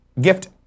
gift